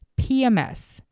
PMS